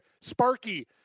sparky